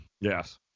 Yes